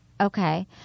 Okay